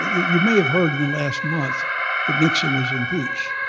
you may have heard in the last months that nixon was impeached.